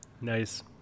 Nice